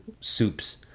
soups